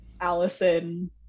Allison